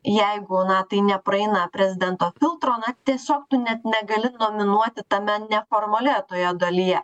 jeigu na tai nepraeina prezidento filtro na tiesiog tu net negali dominuoti tame neformalioje toje dalyje